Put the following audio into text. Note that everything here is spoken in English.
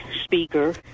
speaker